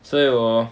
所以我